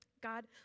God